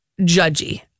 judgy